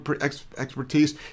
expertise